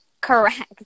correct